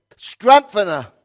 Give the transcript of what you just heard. Strengthener